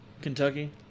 Kentucky